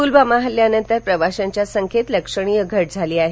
पुलवामा हल्ल्यानंतर प्रवाश्यांच्या संख्येत लक्षणीय घट झाली आहे